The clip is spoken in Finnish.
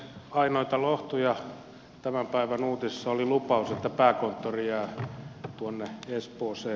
ainoita lohtuja tämän päivän uutisissa oli lupaus että pääkonttori jää tuonne espooseen